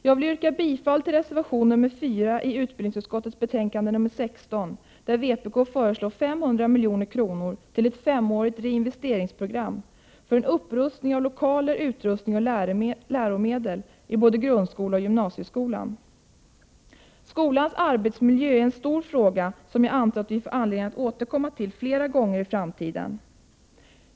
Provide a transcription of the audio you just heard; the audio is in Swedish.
Jag vill yrka bifall till reservation 4 i utbildningsutskottets betänkande 16, där vpk föreslår 500 milj.kr. till ett femårigt reinvesteringsprogram för en upprustning av lokaler, utrustning och läromedel i grundskolan och gymnasieskolan. Skolans arbetsmiljö är en stor fråga, som jag antar att vi får anledning att återkomma till flera gånger i framtiden.